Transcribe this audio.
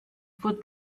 for